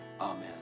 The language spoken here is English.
Amen